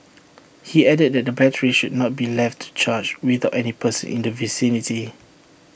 he added that the batteries should not be left to charge without any person in the vicinity